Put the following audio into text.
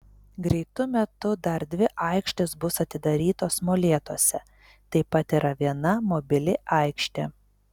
greitu metu dar dvi aikštės bus atidarytos molėtuose taip pat yra viena mobili aikštė